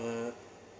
uh